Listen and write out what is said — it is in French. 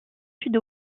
sud